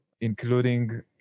including